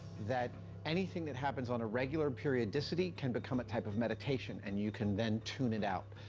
that anything that happens on a regular periodicity can become a type of meditation, and you can then tune it out.